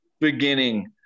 beginning